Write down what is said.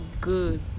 good